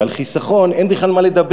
ועל חיסכון אין בכלל מה לדבר,